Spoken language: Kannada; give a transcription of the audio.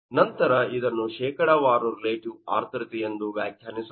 ನಂತರ ಇದನ್ನು ಶೇಕಡಾವಾರು ರಿಲೇಟಿವ್ ಆರ್ದ್ರತೆಯೆಂದು ವ್ಯಾಖ್ಯಾನಿಸಲಾಗಿದೆ